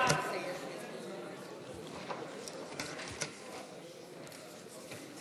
סעיף תקציבי 19,